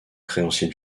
créanciers